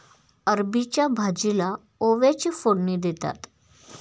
अरबीच्या भाजीला ओव्याची फोडणी देतात